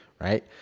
right